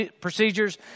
procedures